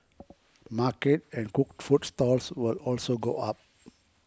market and cooked food stalls will also go up